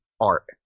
Art